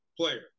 player